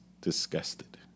disgusted